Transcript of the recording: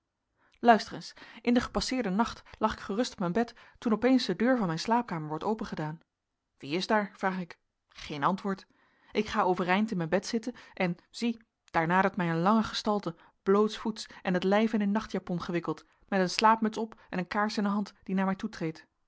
luister eens in den gepasseerden nacht lag ik gerust op mijn bed toen opeens de deur van mijn slaapkamer wordt opengedaan wie is daar vraag ik geen antwoord ik ga overeind in mijn bed zitten en zie daar nadert mij een lange gestalte blootsvoets en t lijf in een nachtjapon gewikkeld met een slaapmuts op au een kaars in de hand die naar mij toetreedt